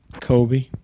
Kobe